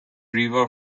river